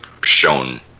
shown